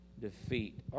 defeat